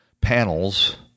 panels